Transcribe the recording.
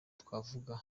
twavuga